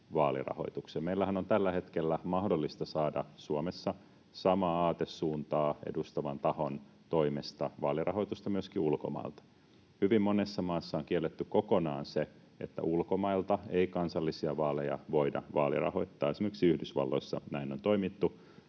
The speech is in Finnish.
Meillähän on tällä hetkellä mahdollista saada Suomessa samaa aatesuuntaa edustavan tahon toimesta vaalirahoitusta myöskin ulkomailta. Hyvin monessa maassa on kielletty kokonaan se, että ulkomailta voisi kansallisia vaaleja vaalirahoittaa. Näin on toimittu